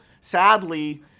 sadly